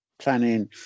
planning